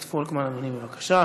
חבר הכנסת פולקמן, אדוני, בבקשה.